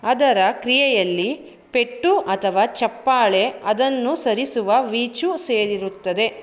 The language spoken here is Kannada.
ಅದರ ಕ್ರಿಯೆಯಲ್ಲಿ ಪೆಟ್ಟು ಅಥವಾ ಚಪ್ಪಾಳೆ ಅದನ್ನನುಸರಿಸುವ ವೀಚು ಸೇರಿರುತ್ತದೆ